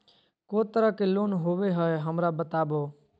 को तरह के लोन होवे हय, हमरा बताबो?